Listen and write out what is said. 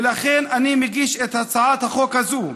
ולכן אני מגיש את הצעת החוק הזו,